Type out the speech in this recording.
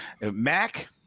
Mac